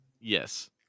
Yes